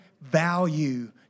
value